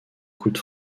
coude